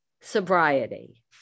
sobriety